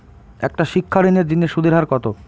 একটা শিক্ষা ঋণের জিনে সুদের হার কত?